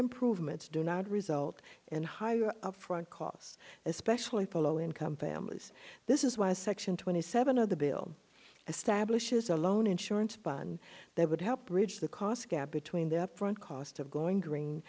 improvements do not result in higher upfront costs especially for low income families this is why section twenty seven of the bill establishes a loan insurance fund that would help bridge the cost gap between the upfront cost of going green